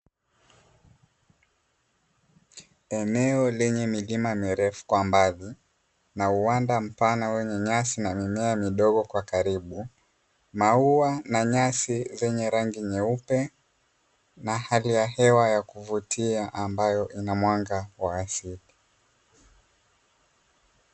Eneo lenye milima mirefu kwa mbali na uwanda mpana wenye nyasi na mimea midogo kwa karibu, maua na nyasi zenye rangi nyeupe na hali ya hewa ya kuvutia ambayo ina mwanga wa asili.